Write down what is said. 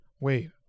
Wait